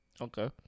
okay